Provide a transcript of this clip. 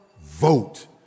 vote